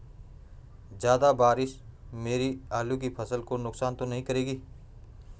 ज़्यादा बारिश मेरी आलू की फसल को नुकसान तो नहीं करेगी?